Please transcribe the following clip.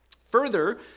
Further